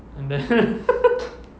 and then